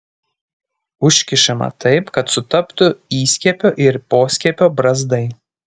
užkišama taip kad sutaptų įskiepio ir poskiepio brazdai